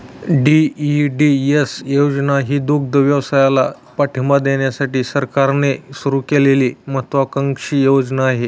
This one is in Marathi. डी.ई.डी.एस योजना ही दुग्धव्यवसायाला पाठिंबा देण्यासाठी सरकारने सुरू केलेली महत्त्वाकांक्षी योजना आहे